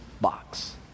box